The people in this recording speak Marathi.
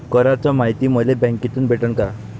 कराच मायती मले बँकेतून भेटन का?